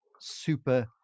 super